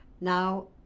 Now